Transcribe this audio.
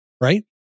right